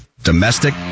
domestic